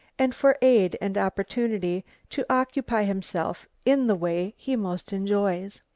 and for aid and opportunity to occupy himself in the way he most enjoys.